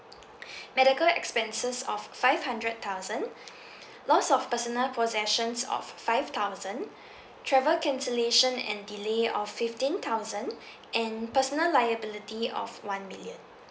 medical expenses of five hundred thousand lost of personal possessions of five thousand travel cancellation and delay of fifteen thousand and personal liability of one million